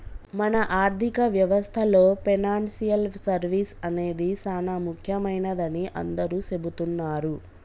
మన ఆర్థిక వ్యవస్థలో పెనాన్సియల్ సర్వీస్ అనేది సానా ముఖ్యమైనదని అందరూ సెబుతున్నారు